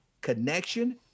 connection